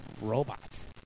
robots